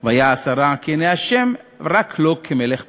"ויעש הרע בעיני ה' רק לא" כמלך פלוני.